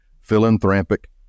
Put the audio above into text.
philanthropic